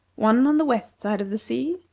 one on the west side of the sea,